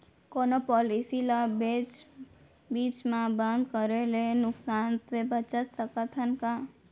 कोनो पॉलिसी ला बीच मा बंद करे ले नुकसान से बचत सकत हन का?